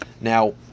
Now